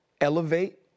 elevate